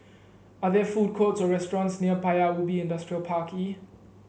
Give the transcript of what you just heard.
are there food courts or restaurants near Paya Ubi Industrial Park E